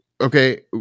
Okay